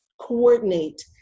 coordinate